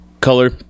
color